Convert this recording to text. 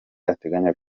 ateganya